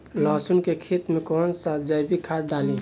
लहसुन के खेत कौन सा जैविक खाद डाली?